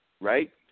right